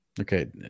Okay